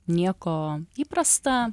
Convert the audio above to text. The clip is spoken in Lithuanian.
nieko įprasta